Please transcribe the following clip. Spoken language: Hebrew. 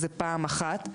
שזה פעם אחת,